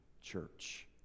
church